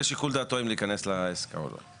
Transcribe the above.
זה נתון לשיקול דעתו של כל אחד אם להיכנס לעסקה או לא.